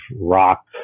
rock